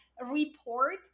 report